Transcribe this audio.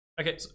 okay